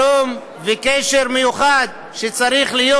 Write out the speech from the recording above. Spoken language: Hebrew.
שלום וקשר מיוחד שצריך להיות.